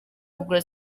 kugura